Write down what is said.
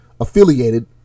affiliated